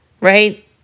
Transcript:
right